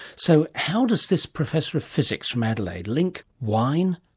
so how does this professor of physics from adelaide link wine,